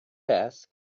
desk